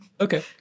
Okay